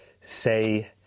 say